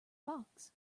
box